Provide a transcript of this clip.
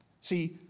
See